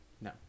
No